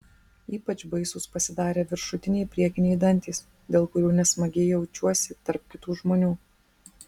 ypač baisūs pasidarė viršutiniai priekiniai dantys dėl kurių nesmagiai jaučiuosi tarp kitų žmonių